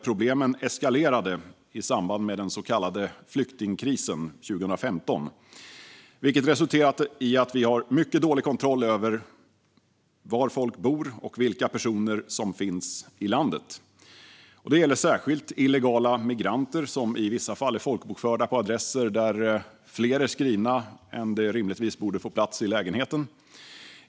Problemen eskalerade i samband med den så kallade flyktingkrisen 2015, vilket har resulterat i att vi har mycket dålig kontroll över var folk bor och vilka personer som finns i landet. Detta gäller särskilt illegala migranter, som i vissa fall är folkbokförda på adresser där fler är skrivna än vad som rimligtvis borde få plats i lägenheten.